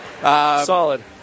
Solid